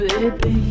Baby